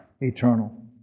eternal